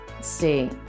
See